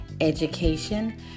education